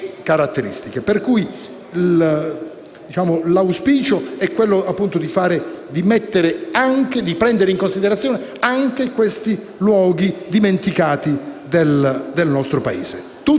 L'auspicio è quello, appunto, di prendere in considerazione anche questi luoghi dimenticati del nostro Paese,